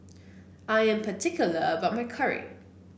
I am particular about my curry